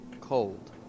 cold